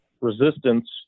resistance